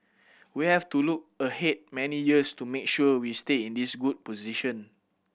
we have to look ahead many years to make sure we stay in this good position